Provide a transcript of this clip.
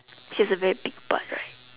she has a very big butt right